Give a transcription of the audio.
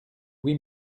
oui